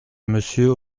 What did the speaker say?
monsieur